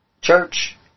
church